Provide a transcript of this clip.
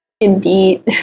indeed